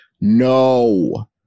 No